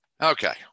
Okay